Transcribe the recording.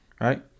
Right